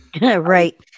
right